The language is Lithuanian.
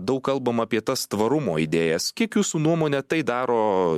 daug kalbama apie tas tvarumo idėjas kiek jūsų nuomone tai daro